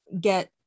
get